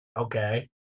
okay